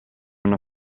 una